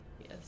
Yes